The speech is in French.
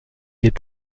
est